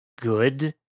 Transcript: good